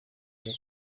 neza